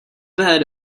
bed